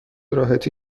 راحتی